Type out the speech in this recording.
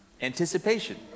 Anticipation